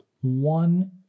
one